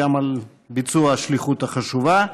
גם על ביצוע השליחות החשובה.